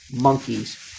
monkeys